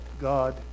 God